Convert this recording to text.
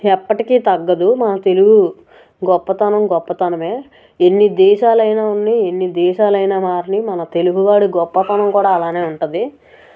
ఎప్పటికీ తగ్గదు మన తెలుగు గొప్పతనం గొప్పతనమే ఎన్ని దేశాలు అయినా ఉండనీ ఎన్ని దేశాలు అయినా మారని మన తెలుగువాడి గొప్పతనం కూడా అలానే ఉంటుంది